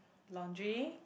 laundry